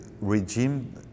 regime